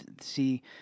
see